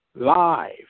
live